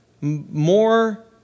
more